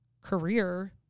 career